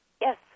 Yes